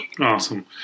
Awesome